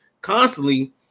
constantly